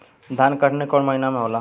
धान के कटनी कौन महीना में होला?